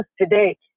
today